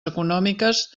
econòmiques